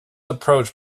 approach